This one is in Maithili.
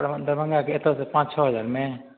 दरभङ्गाके एतऽसँ पाँच छओ हजारमे